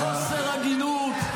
בחוסר הגינות,